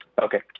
Okay